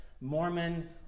Mormon